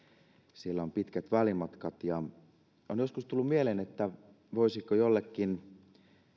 siellä on pitkät välimatkat niin on joskus tullut mieleen voisiko